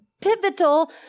pivotal